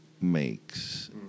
makes